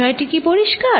বিষয়টি কি পরিষ্কার